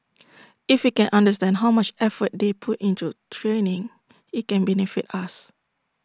if we can understand how much effort they put into training IT can benefit us